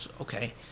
okay